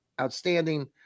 outstanding